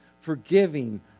forgiving